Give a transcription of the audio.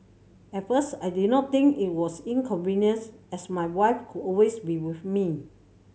at first I did not think it was inconvenience as my wife could always be with me